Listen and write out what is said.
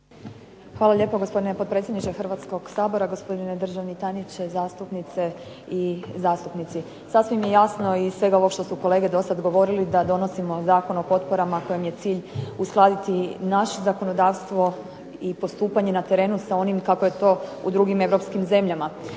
Hvala lijepo gospodine potpredsjedniče Hrvatskog sabora, gospodine državni tajniče, zastupnice i zastupnici. Sasvim je jasno iz svega ovog što su kolege do sad govorili da donosimo Zakon o potporama kojima je cilj uskladiti naše zakonodavstvo i postupanje na terenu sa onim kako je to u drugim europskim zemljama.